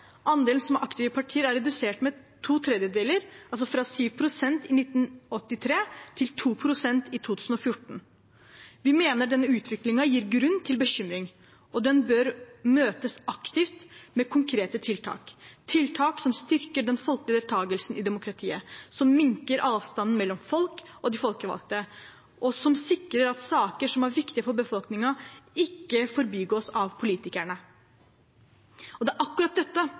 Andelen som er aktive i partier, er redusert med to tredjedeler, fra 7 pst. i 1983 til 2 pst. i 2014. Vi mener denne utviklingen gir grunn til bekymring, og at den bør møtes aktivt med konkrete tiltak – tiltak som styrker den folkelige deltagelsen i demokratiet, som minker avstanden mellom folk og de folkevalgte, og som sikrer at saker som er viktige for befolkningen, ikke forbigås av politikerne. Det er akkurat dette